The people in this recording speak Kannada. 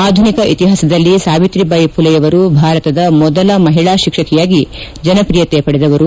ಆಧುನಿಕ ಇತಿಹಾಸದಲ್ಲಿ ಸಾವಿತ್ರಿಬಾಯಿ ಪುಲೆಯವರು ಭಾರತದ ಮೊದಲ ಮಹಿಳಾ ಶಿಕ್ಷಕಿಯಾಗಿ ಜನಪ್ರಿಯತೆ ಪಡೆದವರು